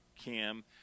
cam